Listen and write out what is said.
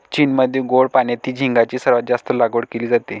चीनमध्ये गोड पाण्यातील झिगाची सर्वात जास्त लागवड केली जाते